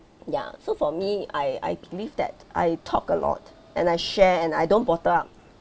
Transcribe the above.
ya so for me I I believe that I talk a lot and I share and I don't bottle up